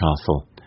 Castle